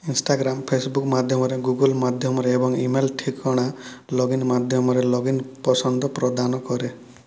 Instagram Facebook ମାଧ୍ୟମରେ Google ମାଧ୍ୟମରେ ଏବଂ ଇମେଲ୍ ଠିକଣା ଲଗଇନ୍ ମାଧ୍ୟମରେ ଲଗଇନ୍ ପସନ୍ଦ ପ୍ରଦାନ କରେ